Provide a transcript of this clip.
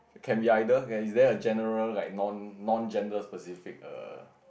can be either is there a general like non non gender specific err